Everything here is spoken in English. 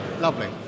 lovely